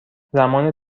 زمان